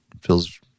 feels